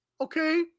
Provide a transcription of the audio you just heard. okay